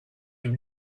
you